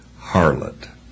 harlot